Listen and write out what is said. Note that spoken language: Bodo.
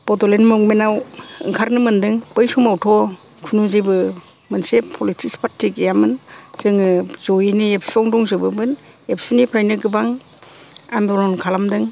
बडलेण्ड मुभमेन्ताव ओंखारनो मोनदों बै समावथ' खुनु जेबो मोनसे पलितिक्स पार्ति गैयामोन जोङो जयैनो एबसुआवनो दंजोबोमोन एबसुनिफ्रायनो गोबां आन्दलन खालामदों